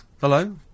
Hello